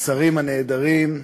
השרים הנעדרים,